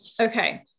Okay